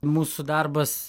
mūsų darbas